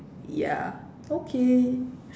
ya okay